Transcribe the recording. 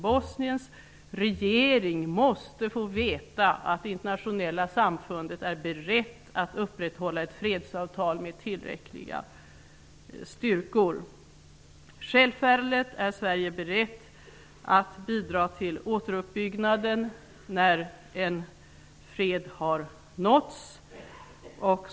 Bosniens regering måste få veta att det internationella samfundet är berett att upprätthålla ett fredsavtal med tillräckliga styrkor. Självfallet är Sverige berett att bidra till återuppbyggnaden när fred har nåtts.